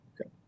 Okay